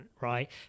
right